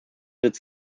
wird